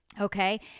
Okay